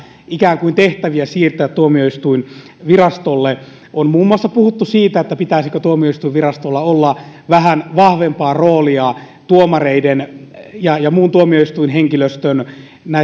ikään kuin vielä lisää tehtäviä siirtää tuomioistuinvirastolle on muun muassa puhuttu siitä pitäisikö tuomioistuinvirastolla olla vähän vahvempaa roolia tuomareiden ja ja muun tuomioistuinhenkilöstön